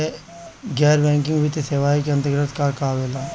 गैर बैंकिंग वित्तीय सेवाए के अन्तरगत का का आवेला?